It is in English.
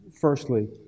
firstly